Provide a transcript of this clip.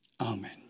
Amen